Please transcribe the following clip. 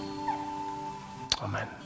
Amen